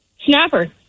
Snapper